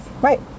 Right